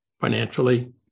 financially